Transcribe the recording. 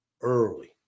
early